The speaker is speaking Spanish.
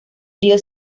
trío